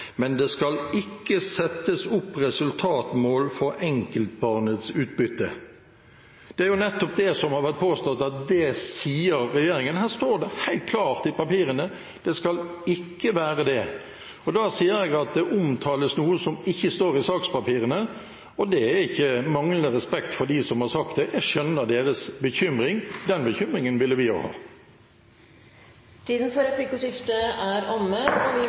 men det skal ikke settes opp resultatmål for enkeltbarnets utbytte.» Det er nettopp det som har vært påstått, at det sier regjeringen. Her står det helt klart i papirene at det skal ikke være det, og da sier jeg at det omtales noe som ikke står i sakspapirene, og det er ikke manglende respekt for dem som har sagt det – jeg skjønner deres bekymring, og den bekymringen ville vi også hatt. Replikkordskiftet er omme.